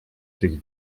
tych